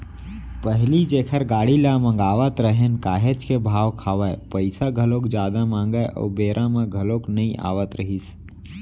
पहिली जेखर गाड़ी ल मगावत रहेन काहेच के भाव खावय, पइसा घलोक जादा मांगय अउ बेरा म घलोक नइ आवत रहिस